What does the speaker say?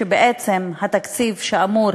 שבעצם התקציב שאמור